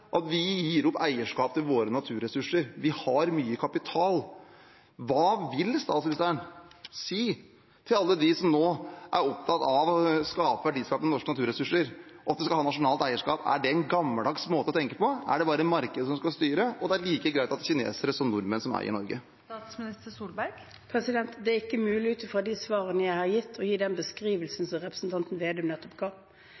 opp eierskap til våre naturressurser. Vi har mye kapital. Hva vil statsministeren si til alle dem som nå er opptatt av å skape verdier av norske naturressurser? Er det at man skal ha nasjonalt eierskap, en gammeldags måte å tenke på? Er det bare markedet som skal styre, og like greit at det er kinesere som nordmenn som eier Norge? Det er ikke mulig ut fra de svarene jeg har gitt, å gi den